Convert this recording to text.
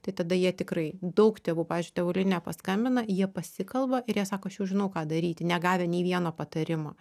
tai tada jie tikrai daug tėvų pavyzdžiui į tėvų liniją paskambina jie pasikalba ir jie sako aš jau žinau ką daryti negavę nei vieno patarimo